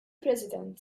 president